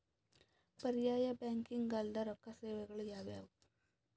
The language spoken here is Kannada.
ಪರ್ಯಾಯ ಬ್ಯಾಂಕಿಂಗ್ ಅಲ್ದೇ ರೊಕ್ಕ ಸೇವೆಗಳು ಯಾವ್ಯಾವು?